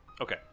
Okay